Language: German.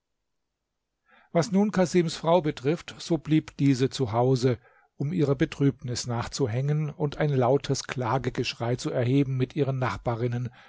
was nun casims frau betrifft so blieb diese zu hause um ihrer betrübnis nachzuhängen und ein lautes klagegeschrei zu erheben mit ihren nachbarinnen